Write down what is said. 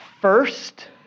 First